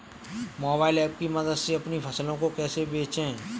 Mobile app की मदद से अपनी फसलों को कैसे बेचें?